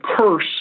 curse